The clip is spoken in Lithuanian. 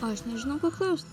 aš nežinau ko klaust